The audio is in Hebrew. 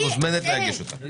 אז את מוזמנת להגיש את הספקות.